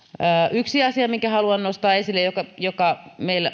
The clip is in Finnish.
yksi asia minkä haluan nostaa esille joka joka meillä